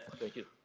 thank you.